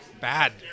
bad